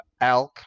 Alk